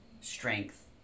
strength